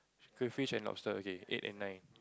crayfish and lobster okay eight and nine